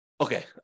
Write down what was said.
Okay